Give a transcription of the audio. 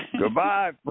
Goodbye